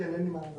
אין לי מה להוסיף.